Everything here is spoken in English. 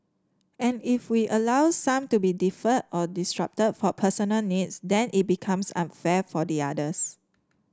and if we allow some to be deferred or disrupted for personal needs then it becomes unfair for the others